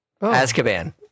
Azkaban